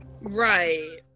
right